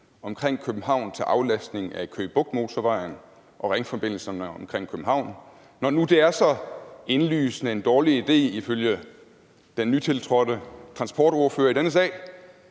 omkring København til aflastning af Køge Bugt Motorvejen og ringforbindelserne omkring København, altså når nu det er så indlysende en dårlig idé ifølge den nytiltrådte transportordfører i denne sag?